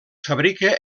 fabrica